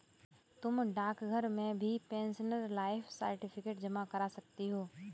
तुम डाकघर में भी पेंशनर लाइफ सर्टिफिकेट जमा करा सकती हो